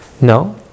No